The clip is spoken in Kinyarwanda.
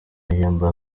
yemba